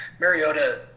Mariota